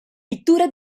pittura